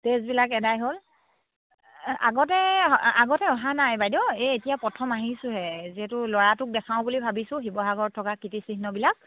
টেষ্টবিলাক আদায় হ'ল আগতে আগতে অহা নাই বাইদেউ এই এতিয়া প্ৰথম আহিছোঁহে যিহেতু ল'ৰাটোক দেখাওঁ বুলি ভাবিছোঁ শিৱসাগৰত থকা কীৰ্তিচিহ্নবিলাক